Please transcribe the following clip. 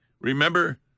Remember